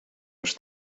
les